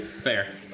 Fair